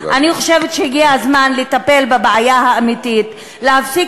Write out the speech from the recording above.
אני חושבת שהגיע הזמן לטפל בבעיה האמיתית: להפסיק